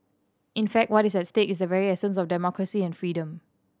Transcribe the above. in fact what is at stake is the very essence of democracy and freedom